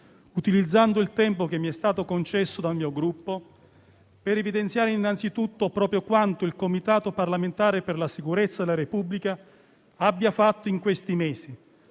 utilizzando il tempo che mi è stato concesso dal mio Gruppo per evidenziare innanzitutto proprio quanto il Comitato parlamentare per la sicurezza della Repubblica abbia fatto in questi mesi